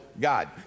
God